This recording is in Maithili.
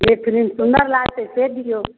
जे फिलिम सुंदर लागतै से दिऔ